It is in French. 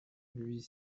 huit